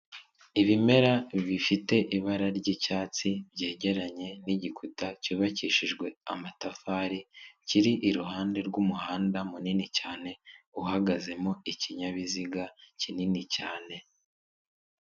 Ibimera bifite ibara ry'icyatsi byegeranye n'igikuta cyubakishijwe amatafari, kiri iruhande rw'umuhanda munini cyane, uhagazemo ikinyabiziga kinini cyane.